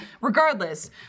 Regardless